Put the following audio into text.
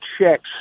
checks